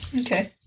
Okay